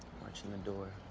watchin' the door.